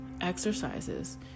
exercises